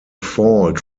fault